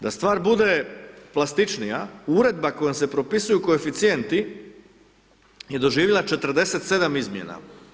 Da stvar bude plastičnija, uredba kojom se propisuju koeficijenti je doživjela 47 izmjena.